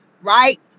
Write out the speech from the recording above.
right